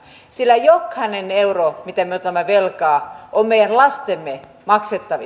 sillä jokainen euro mitä me otamme velkaa on meidän lastemme maksettava